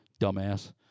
dumbass